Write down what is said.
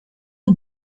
the